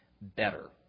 better